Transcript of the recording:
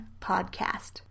podcast